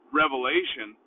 revelation